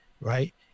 Right